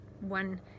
one